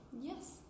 Yes